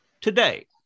Today